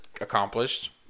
accomplished